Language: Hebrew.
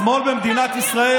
כל היום, בשמאל במדינת ישראל,